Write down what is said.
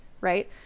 right